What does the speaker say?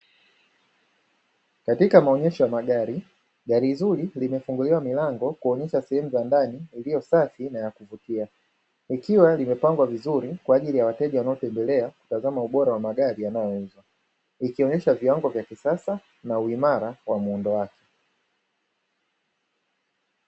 Katika maonyesho ya magari, gari zuri limefunguliwa milango kuonyesha sehemu za ndani iliyo safi na ya kuvutia , ikiwa limepangwa vizuri kwa ajili ya wateja wanaotembelea kutazama ubora wa magari yanayouzwa likionyesha viwango vya kisasa na uimara wa muundo wake.